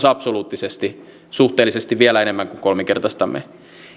absoluuttisesti suhteellisesti vielä enemmän kuin kolminkertaistamme